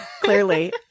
clearly